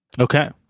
Okay